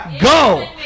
go